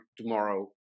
tomorrow